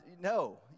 no